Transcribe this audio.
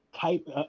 type